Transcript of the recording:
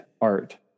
art